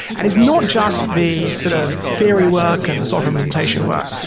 and it's not just the sort of theory work and the software implementation work.